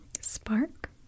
Spark